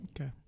Okay